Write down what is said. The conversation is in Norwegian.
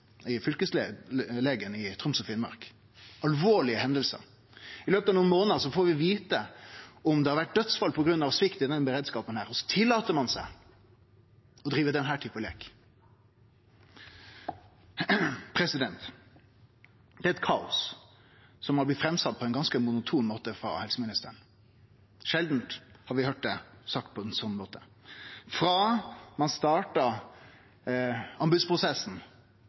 i Troms og Finnmark – alvorlege hendingar. I løpet av nokre månader får vi vite om det har vore dødsfall på grunn av svikt i den beredskapen, og så tillèt ein seg å drive denne typen leik. Det er eit kaos som har blitt lagt fram på ein ganske monoton måte frå helseministeren. Sjeldan har vi høyrt det sagt på ein sånn måte. Frå ein starta anbodsprosessen,